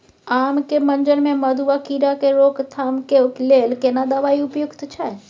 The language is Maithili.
आम के मंजर में मधुआ कीरा के रोकथाम के लेल केना दवाई उपयुक्त छै?